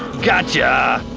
gotcha!